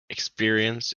experience